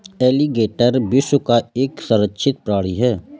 alligator विश्व का एक संरक्षित प्राणी है